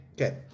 Okay